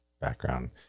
background